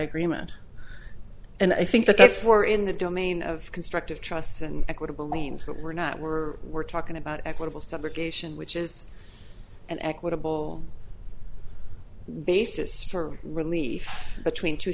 agreement and i think that that's more in the domain of constructive trusts and equitable means but we're not we're we're talking about equitable subrogation which is an equitable basis for relief between